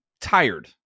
tired